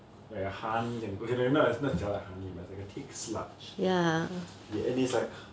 like the honey 这样 okay not as not as jialat as honey but it's like a thick sludge ya and it's like